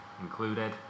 included